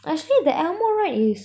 actually the Elmo ride is